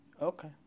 Okay